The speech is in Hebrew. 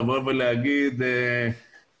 לבוא ולומר שטוב,